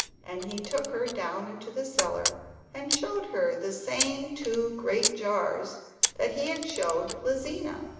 and he took her down into the cellar and showed her the same two great jars that he had showed lizina.